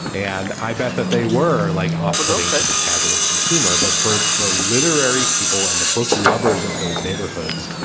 and i bet that they were like off putting to the casual consumer. but for the literary people and the book lovers of those neighborhoods,